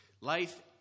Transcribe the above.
Life